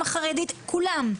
החרדית כולם,